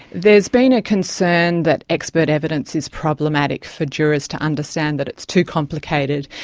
there's been a concern that expert evidence is problematic for jurors to understand that it's too complicated,